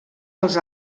els